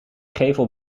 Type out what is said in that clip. gevel